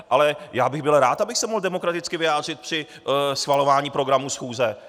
Ale já bych byl rád, abych se mohl demokraticky vyjádřit při schvalování programu schůze.